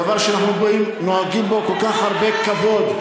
דבר שאנחנו נוהגים בו כל כך הרבה כבוד,